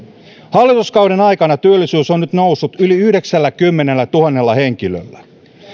hallituskauden aikana työllisyys on nyt noussut yli yhdeksälläkymmenellätuhannella henkilöllä